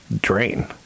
drain